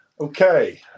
Okay